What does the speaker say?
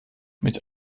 mit